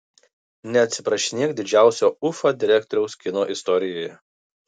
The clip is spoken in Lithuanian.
neatsiprašinėk didžiausio ufa direktoriaus kino istorijoje